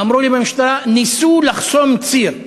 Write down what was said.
אמרו לי במשטרה: ניסו לחסום ציר.